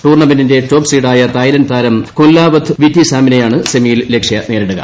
ടൂർണമെന്റിന്റെ top സ്വീഡായ Thailand താരം കൂൻലാവത്ത് വിറ്റിസാമിനെയാണ് സെമിയിൽ ലക്ഷ്യ നേരിടുക